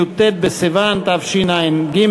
י"ט בסיוון תשע"ג,